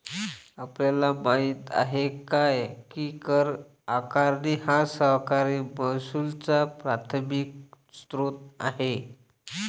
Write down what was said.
आपल्याला माहित आहे काय की कर आकारणी हा सरकारी महसुलाचा प्राथमिक स्त्रोत आहे